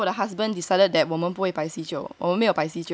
no 我跟我的 the husband decided that 我们不会摆席酒我们没有摆席酒